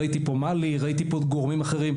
ראיתי פה מל"י, ראיתי פה עוד גורמים אחרים.